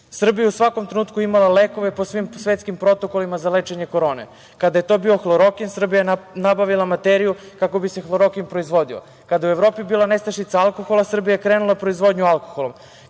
u svakom trenutku imala je lekove po svim svetskim protokolima za lečenje korone. Kada je to bio hlorokin Srbija je nabavila materiju kako bi se hlorokin proizvodio. Kada je u Evropi bila nestašica alkohola, Srbija je krenula proizvodnji alkohola.